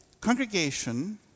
congregation